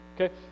Okay